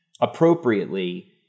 appropriately